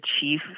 chief